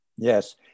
Yes